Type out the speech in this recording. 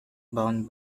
bound